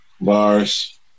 bars